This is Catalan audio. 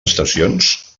estacions